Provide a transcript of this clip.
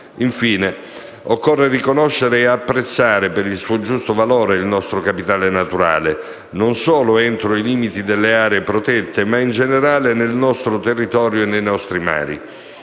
Infine, occorre riconoscere e apprezzare per il suo giusto valore il nostro capitale naturale, non solo entro i limiti delle aree protette ma in generale nel nostro territorio e nei nostri mari.